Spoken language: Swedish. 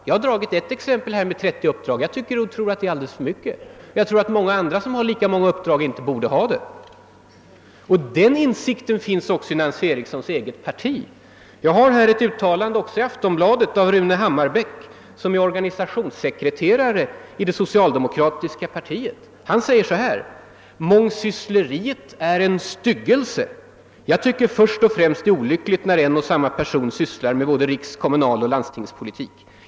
Jag har nämnt ett konkret exempel på en politiker med 30 uppdrag, vilket enligt min mening är alldeles för många. Jag tror också att många andra personer som har ungefär lika många uppdrag inte borde ha det. Den insikten finns också inom fru Erikssons eget parti. I Aftonbladet återfinns ett uttalande av Rune Hammarbäck, som är organisationssekreterare i det socialdemokratiska partiet. Han säger: »Mångsyssleriet är en styggelse. Jag tycker först och främst det är olyckligt när en och samma person sysslar med både riks-, kommunaloch landstingspolitik.